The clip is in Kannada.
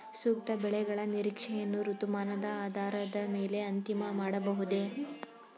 ಸೂಕ್ತ ಬೆಳೆಗಳ ನಿರೀಕ್ಷೆಯನ್ನು ಋತುಮಾನದ ಆಧಾರದ ಮೇಲೆ ಅಂತಿಮ ಮಾಡಬಹುದೇ?